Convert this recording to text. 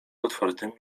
otwartymi